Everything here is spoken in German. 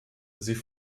sie